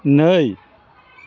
नै